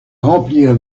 remplir